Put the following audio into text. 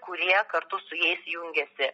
kurie kartu su jais jungiasi